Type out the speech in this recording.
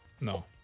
No